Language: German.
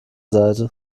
seite